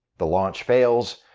the launch fails.